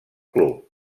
club